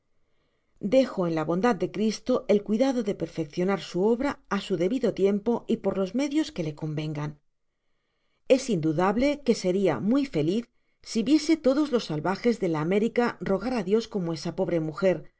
dejo á la bondad de cristo ef cuidado de perfeccionar su obra á su debido tiempo y por los medios que le convengan es indudable que seria muy feliz si viese todos los salvajes de la américa rogar a dios como esa pobre mujer